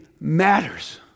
matters